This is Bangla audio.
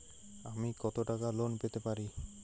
আমি কত টাকা লোন পেতে পারি?